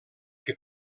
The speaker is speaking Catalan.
que